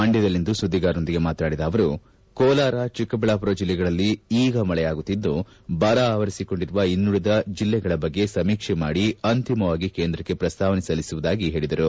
ಮಂಡ್ಯದಲ್ಲಿಂದು ಸುದ್ದಿಗಾರರೊಂದಿಗೆ ಮಾತನಾಡಿದ ಅವರು ಕೋಲಾರ ಚಿಕ್ಕಬಳ್ಳಾಮರ ಜಿಲ್ಲೆಗಳಲ್ಲಿ ಈಗ ಮಳೆಯಾಗುತ್ತಿದ್ದು ಬರ ಆವರಿಸಿಕೊಂಡಿರುವ ಇನ್ನುಳಿದ ಜಿಲ್ಲೆಗಳ ಬಗ್ಗೆ ಸಮೀಕ್ಷೆ ಮಾಡಿ ಅಂತಿಮವಾಗಿ ಕೇಂದ್ರಕ್ಕೆ ಪ್ರಸ್ತಾವನೆ ಸಲ್ಲಿಸುವುದಾಗಿ ಹೇಳಿದರು